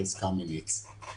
ארז קמיניץ.